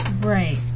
Right